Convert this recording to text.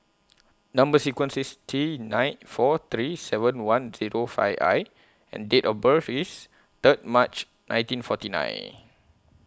Number sequence IS T nine four three seven one Zero five I and Date of birth IS Third March nineteen forty nine